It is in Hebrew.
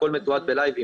הכול מתועד בלייב.